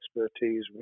expertise